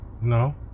no